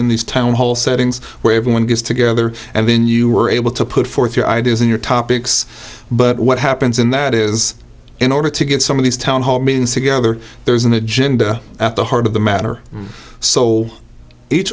in these town hall settings where everyone gets together and then you were able to put forth your ideas and your topics but what happens in that is in order to get some of these town hall meetings together there's an agenda at the heart of the matter so each